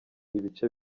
ibice